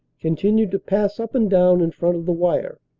continued to pass up and down in front of the wire,